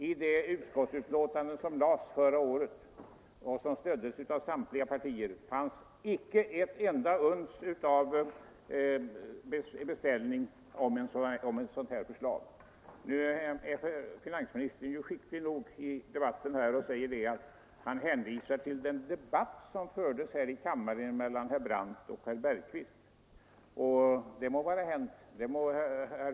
I utskottets betänkande förra året, som stöddes av samtliga partier, finns inte ett uns av beställning av ett sådant förslag. Finansministern är skicklig och hänvisar till den debatt som fördes i kammaren mellan herr Brandt och herr Bergqvist.